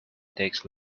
takes